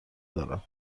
دارم